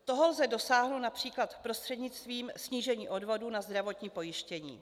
Toho lze dosáhnout např. prostřednictvím snížení odvodů na zdravotní pojištění.